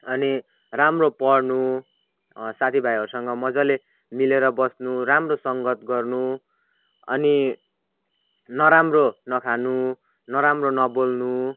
अनि राम्रो पढ्नु साथी भाइहरूसँग मजाले मिलेर बस्नु राम्रो सङ्गत गर्नु अनि नराम्रो नखानु नराम्रो नबोल्नु